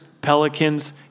Pelicans